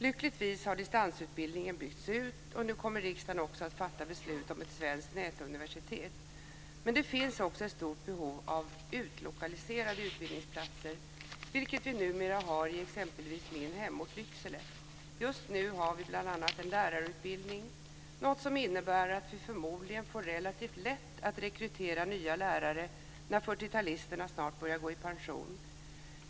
Lyckligtvis har distansutbildningen byggts ut, och nu kommer riksdagen också att fatta beslut om ett svenskt nätuniversitet. Men det finns också ett stort behov av utlokaliserade utbildningsplatser, vilket vi numera har i exempelvis min hemort Lycksele. Just nu har vi bl.a. en lärarutbildning - något som innebär att vi förmodligen får relativt lätt att rekrytera nya lärare när 40-talisterna snart börjar gå i pension.